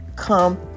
come